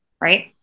right